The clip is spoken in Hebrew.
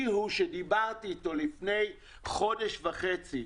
דיברתי איתו כבר לפני חודש וחצי,